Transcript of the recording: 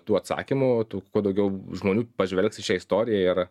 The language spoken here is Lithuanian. tų atsakymų tų kuo daugiau žmonių pažvelgs į šią istoriją ir